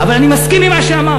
אבל אני מסכים עם מה שאמרת.